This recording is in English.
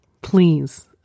please